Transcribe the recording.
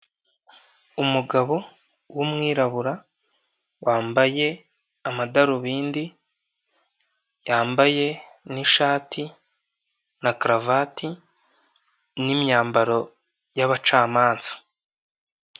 Umugabo w'umwirabura wambaye amadarubindi yambaye n'ishati na karuvati n'imyambaro y'abacamanza.